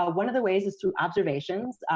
ah one of the ways is through observations.